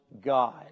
God